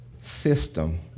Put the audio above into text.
system